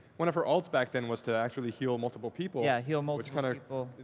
one of her ults back then was to actually heal multiple people. yeah, heal multiple kind of people.